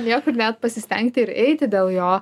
niekur net pasistengti ir eiti dėl jo